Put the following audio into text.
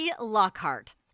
Lockhart